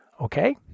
Okay